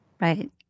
Right